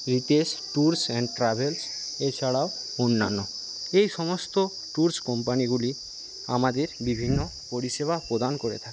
Ritesh tours and travels এছাড়াও অনান্য এই সমস্ত ট্যুরস কোম্পানিগুলি আমাদের বিভিন্ন পরিষেবা প্রদান করে থাকে